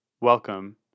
welcome